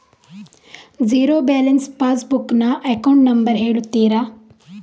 Zero balance passbook ನ account number ಹೇಳುತ್ತೀರಾ?